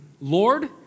Lord